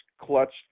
clutch